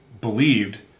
believed